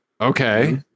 Okay